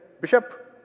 Bishop